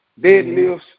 deadlifts